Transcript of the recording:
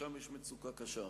ושם יש מצוקה קשה.